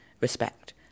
respect